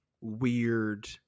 weird